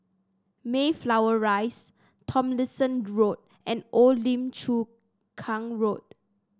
Mayflower Rise Tomlinson Road and Old Lim Chu Kang Road